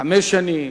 חמש שנים,